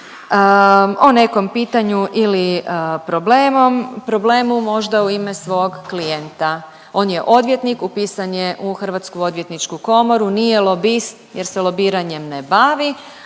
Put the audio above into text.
o nekom pitanju ili problemu, problemu možda u ime svog klijenta. On je odvjetnik, upisan je u Hrvatsku odvjetničku komoru, nije lobist jer se lobiranjem ne bavi,